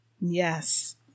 Yes